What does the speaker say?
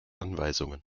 anweisungen